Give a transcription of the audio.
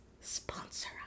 sponsor